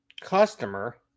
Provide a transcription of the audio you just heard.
Customer